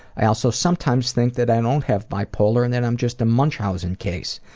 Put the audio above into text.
i also sometimes think that i don't have bipolar and that i'm just a munchausen case.